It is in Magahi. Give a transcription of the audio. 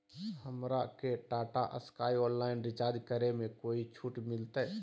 हमरा के टाटा स्काई ऑनलाइन रिचार्ज करे में कोई छूट मिलतई